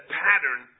pattern